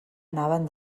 anaven